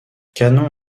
canon